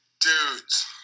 Dudes